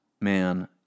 man